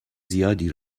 زیادی